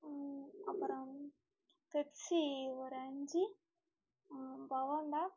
அப்புறம் பெப்சி ஒரு அஞ்சு பொவண்டா